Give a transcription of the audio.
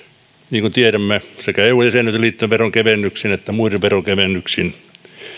niin kuin tiedämme sekä eu jäsenyyteen liittyvin veronkevennyksin että muin veronkevennyksin